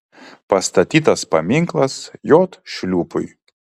pastatytas paminklas j šliūpui